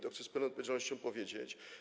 To chcę z pełną odpowiedzialnością powiedzieć.